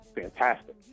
fantastic